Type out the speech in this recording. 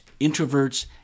introverts